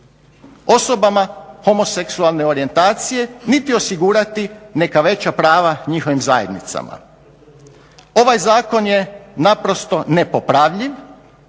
osobama homoseksualne orijentacije niti osigurati neka veća prava njihovim zajednicama. Ovaj zakon je naprosto nepopravljiv